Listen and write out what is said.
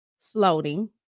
floating